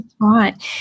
Right